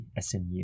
SMU